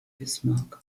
bismarck